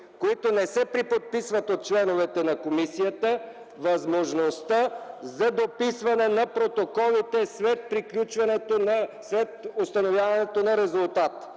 които не се преподписват от членовете на комисията, възможността за дописване на протоколите след установяването на резултата.